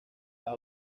las